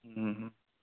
হুম হুম